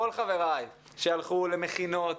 כל חבריי שהלכו למכינות,